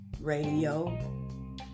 Radio